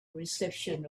reception